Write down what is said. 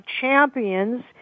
champions